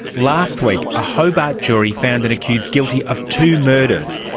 last week a hobart jury found an accused guilty of two murders,